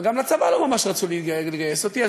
אבל גם לצבא לא ממש רצו לגייס אותי,